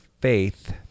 faith